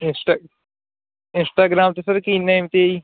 Insta Instagram 'ਤੇ sir ਕੀ name 'ਤੇ ਹੈ ਜੀ